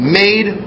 made